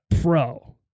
pro